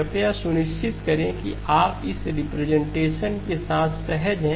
कृपया सुनिश्चित करें कि आप इस रिप्रेजेंटेशन के साथ सहज हैं